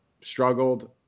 Struggled